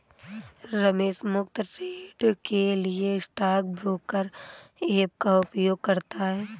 रमेश मुफ्त ट्रेड के लिए स्टॉक ब्रोकर ऐप का उपयोग करता है